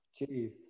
Jeez